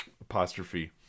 apostrophe